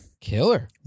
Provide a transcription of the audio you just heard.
Killer